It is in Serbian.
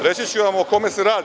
Reći ću vam o kome se radi.